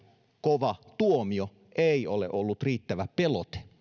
kova tuomio ei ole ollut riittävä pelote